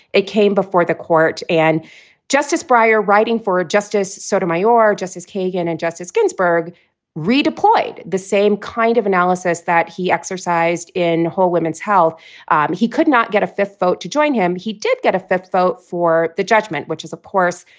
it came before the court and justice breyer writing for justice sotomayor. justice kagan and justice ginsburg redeployed the same kind of analysis that he exercised in whole women's health. um he could not get a fifth vote to join him. he did get a fifth vote for the judgment, which is, of course,